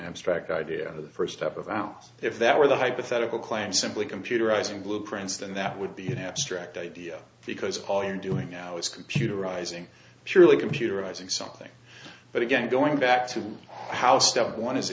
bstract idea of the first step of out if that were the hypothetical claim simply computerizing blueprints then that would be an abstract idea because all you're doing now is computerizing surely computerizing something but again going back to ho